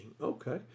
Okay